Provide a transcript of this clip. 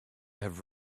have